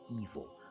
evil